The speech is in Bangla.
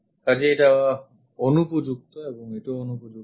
কাজেই এটা অনুপযুক্ত এবং এটাও অনুপযুক্ত